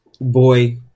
boy